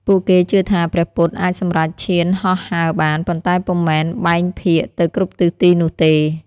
ពួកគេជឿថាព្រះពុទ្ធអាចសម្រេចឈានហោះហើរបាន ប៉ុន្តែពុំមែនបែងភាគទៅគ្រប់ទិសទីនោះទេ។